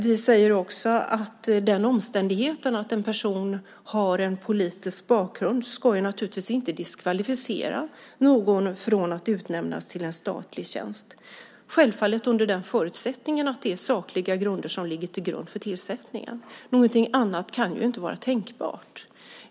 Vi säger också att den omständigheten att en person har en politisk bakgrund naturligtvis inte ska diskvalificera från utnämning till statlig tjänst, självfallet under förutsättningen att det är sakliga grunder som ligger till grund för tillsättningen. Någonting annat kan inte vara tänkbart.